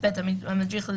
שרת הפנים,